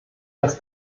das